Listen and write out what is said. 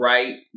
Right